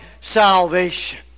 salvation